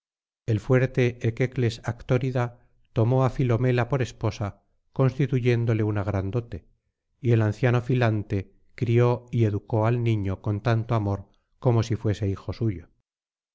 el fuerte equecles actórida tomó á filomela por esposa constituyéndole una gran dote y el anciano filante crió y educó al niño con tanto amor como si fuese hijo suyo